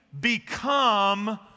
become